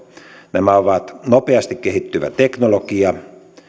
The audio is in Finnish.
nämä ovat nopeasti kehittyvä teknologia